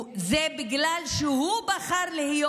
זה בגלל שהוא בחר להיות,